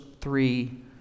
three